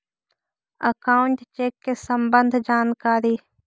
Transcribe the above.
Account check के सम्बन्ध जानकारी?